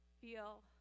feel